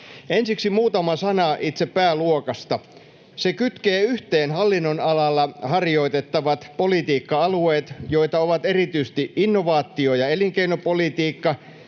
Ensiksi muutama sana itse pääluokasta. Se kytkee yhteen hallinnonalalla harjoitettavat politiikka-alueet, joita ovat erityisesti innovaatio- ja elinkeinopolitiikka,